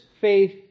faith